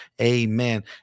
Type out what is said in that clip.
Amen